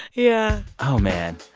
yeah oh, man.